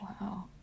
wow